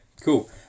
cool